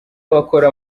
wakora